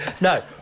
No